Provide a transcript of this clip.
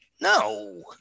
No